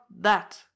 that